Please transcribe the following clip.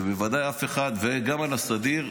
וגם על הסדיר,